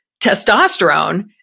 testosterone